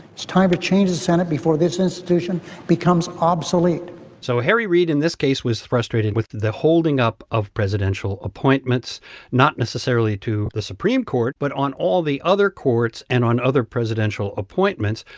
it's time to change the senate before this institution becomes obsolete so harry reid, in this case, was frustrated with the holding up of presidential appointments not necessarily to the supreme court, but on all the other courts and on other presidential appointments,